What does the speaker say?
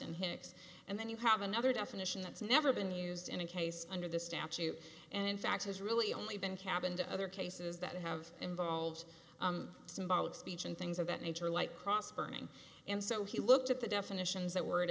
hicks and then you have another definition that's never been used in a case under the statute and in fact has really only been happened to other cases that have involved symbolic speech and things of that nature like cross burning and so he looked at the definitions that word